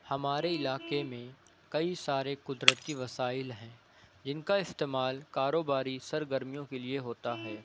ہمارے علاقے میں کئی سارے قدرتی وسائل ہیں جن کا استعمال کاروباری سرگرمیوں کے لیے ہوتا ہے